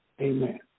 amen